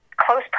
close